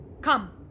Come